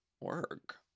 Work